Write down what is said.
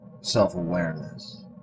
self-awareness